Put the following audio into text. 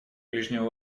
ближнего